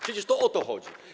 Przecież to o to chodzi!